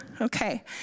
Okay